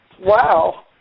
Wow